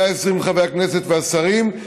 120 חברי הכנסת והשרים,